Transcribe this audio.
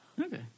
Okay